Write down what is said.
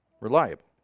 reliable